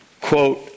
quote